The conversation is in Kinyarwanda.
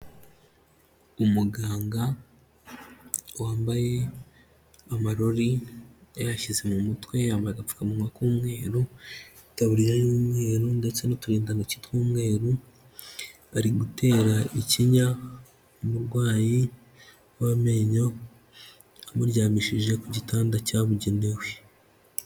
Umuganga wambaye amarori yayashyize mu mutwe yambaye apfukamuwa k'umweru, itabuririya y'umweru ndetse n'uturindantoki tw'umweru, bari gutera ikinya umurwayi w'amenyo amuryamishije ku gitanda cyabugenewe.